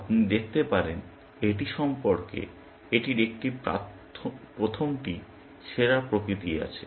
আপনি দেখতে পারেন এটি সম্পর্কে এটির একটি প্রথমটি সেরা প্রকৃতি আছে